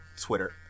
Twitter